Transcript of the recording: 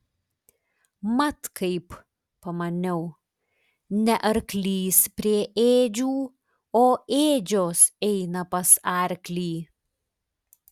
mat kaip pamaniau ne arklys prie ėdžių o ėdžios eina pas arklį